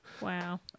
Wow